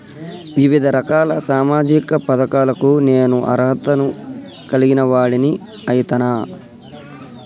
వివిధ రకాల సామాజిక పథకాలకు నేను అర్హత ను కలిగిన వాడిని అయితనా?